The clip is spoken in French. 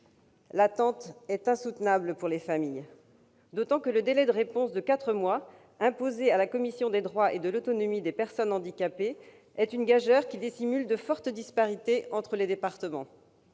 L'attente est insoutenable pour les familles, d'autant que le délai de réponse de quatre mois imposé à la commission des droits et de l'autonomie des personnes handicapées est une gageure, qui dissimule de fortes disparités entre les départements.